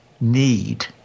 need